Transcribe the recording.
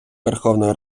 верховної